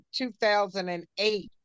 2008